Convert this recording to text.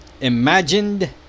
imagined